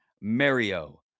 Mario